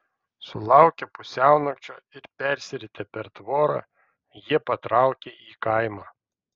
sulaukę pusiaunakčio ir persiritę per tvorą jie patraukė į kaimą